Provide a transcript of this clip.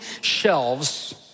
shelves